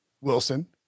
Wilson